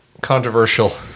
controversial